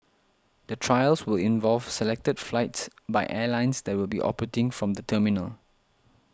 the trials will involve selected flights by airlines that will be operating from the terminal